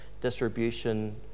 distribution